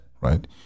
right